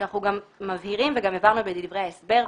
אנחנו מבהירים וגם הבהרנו בדברי ההסבר,